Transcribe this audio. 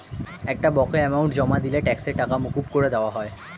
একটা বকেয়া অ্যামাউন্ট জমা দিলে ট্যাক্সের টাকা মকুব করে দেওয়া হয়